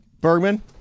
bergman